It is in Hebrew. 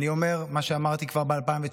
אני אומר מה שאמרתי כבר ב-2019: